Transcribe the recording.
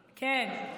כן.